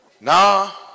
Now